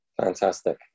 Fantastic